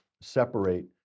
separate